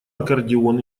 аккордеон